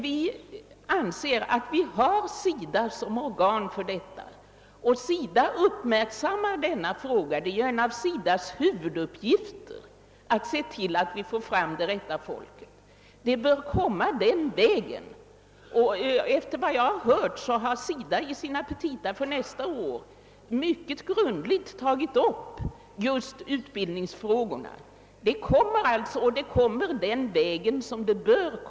Vi har SIDA som organ för denna uppgift. SIDA uppmärksammar denna fråga, ty det är en av dess huvuduppgifter att se till att vi får fram det bästa folket. Det bör komma den vägen. Efter vad jag hört har SIDA i sina petita för nästa år mycket grundligt tagit upp just utbildningsfrågorna. Dessa kommer alltså att gå den rätta vägen.